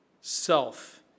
Self